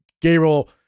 Gabriel